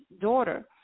daughter